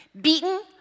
beaten